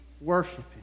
worshiping